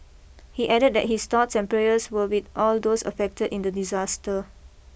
he added that his thoughts and prayers were with all those affected in the disaster